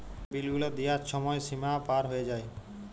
যে বিল গুলা দিয়ার ছময় সীমা পার হঁয়ে যায়